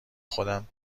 خودم